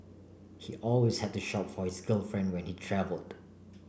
he always had to shop for his girlfriend when he travelled